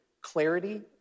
clarity